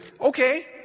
okay